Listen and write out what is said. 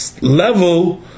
level